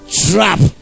trap